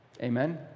Amen